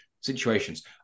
situations